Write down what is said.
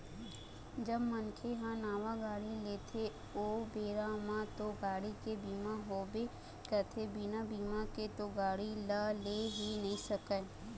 जब मनखे ह नावा गाड़ी लेथे ओ बेरा म तो गाड़ी के बीमा होबे करथे बिना बीमा के तो गाड़ी ल ले ही नइ सकय